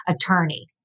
attorney